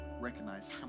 recognize